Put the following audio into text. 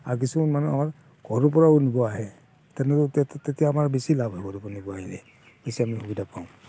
আৰু কিছুমানৰ ঘৰৰ পৰাও নিব আহে তেনে তেতিয়া আমাৰ বেছি লাভ হ'ব দেখোন নিব আহিলে নিজে আমি সুবিধা পাওঁ